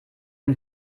und